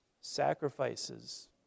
Sacrifices